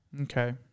Okay